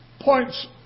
points